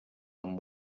amb